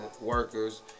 workers